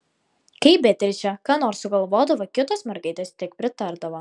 kai beatričė ką nors sugalvodavo kitos mergaitės tik pritardavo